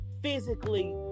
physically